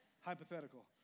hypothetical